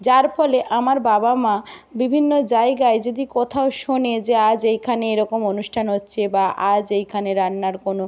যার ফলে আমার বাবা মা বিভিন্ন জায়গায় যদি কোথাও শোনে যে আজ এইখানে এরকম অনুষ্ঠান হচ্ছে বা আজ এইখানে রান্নার কোনো